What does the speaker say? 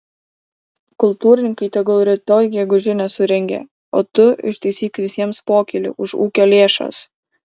kultūrininkai tegul rytoj gegužinę surengia o tu ištaisyk visiems pokylį už ūkio lėšas